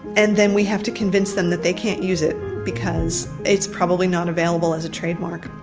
and then we have to convince them that they can't use it because it's probably not available as a trademark.